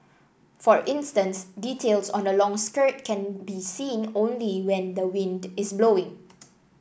for instance details on a long skirt can be seen only when the wind is blowing